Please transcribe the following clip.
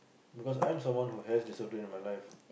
because I'm the one who has discipline in my life